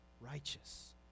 righteous